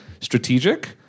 strategic